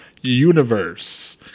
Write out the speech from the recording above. universe